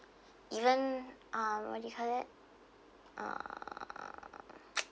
even um what you called that err